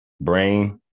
Brain